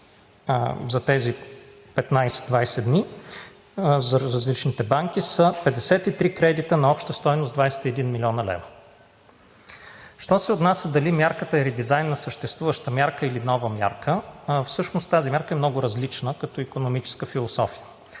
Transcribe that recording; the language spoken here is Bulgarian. за тези 15 – 20 дни от различните банки са 53 кредита на обща стойност 21 млн. лв. Що се отнася дали мярката или дизайнът е съществуваща мярка или нова мярка, всъщност тази мярка е много различна като икономическа философия.